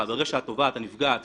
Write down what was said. שהתובעת, הנפגעת